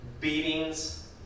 beatings